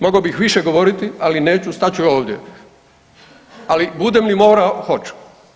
Mogao bih više govoriti, ali neću stat ću ovdje, ali budem li morao hoću.